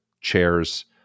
chairs